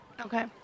Okay